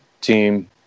team